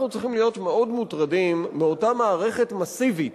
אנחנו צריכים להיות מאוד מוטרדים מאותה מערכת מסיבית